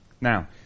Now